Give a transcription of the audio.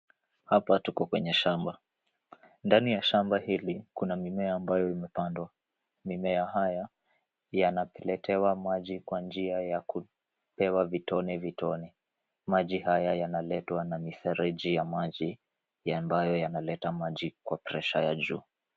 Hapa tuko kwenye shamba. Ndani ya shamba hili kuna mimea ambayo imepandwa. Mimea haya yanaletewa maji kwa njia ya kupewa vitone vitone. Maji haya yanaletwa na mifereji ya maji ambayo yanaleta maji kwa presha ya juu.